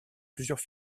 plusieurs